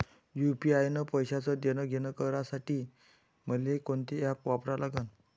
UPI न पैशाचं देणंघेणं करासाठी मले कोनते ॲप वापरा लागन?